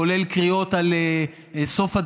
כולל קריאות על דיקטטורה,